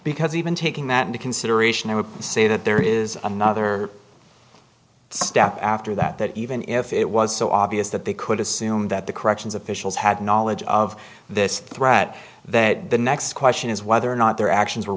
because even taking that into consideration i would say that there is another step after that that even if it was so obvious that they could assume that the corrections officials had knowledge of this threat that the next question is whether or not their actions